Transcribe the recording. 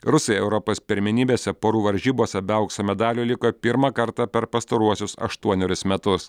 rusai europos pirmenybėse porų varžybose be aukso medalių liko pirmą kartą per pastaruosius aštuonerius metus